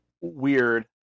weird